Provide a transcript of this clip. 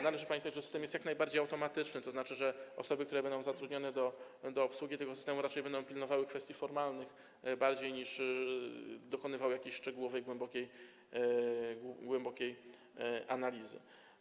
Należy pamiętać, że system jest jak najbardziej automatyczny, tzn. że osoby, które będą zatrudnione do obsługi tego systemu, będą raczej pilnowały kwestii formalnych, niż dokonywały jakiejś szczegółowej i głębokiej analizy.